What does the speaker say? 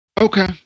Okay